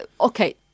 okay